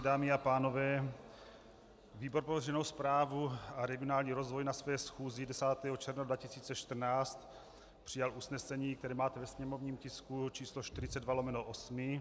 Dámy a pánové, výbor pro veřejnou správu a regionální rozvoj na své schůzi 10. června 2014 přijal usnesení, které máte ve sněmovním tisku číslo 42/8.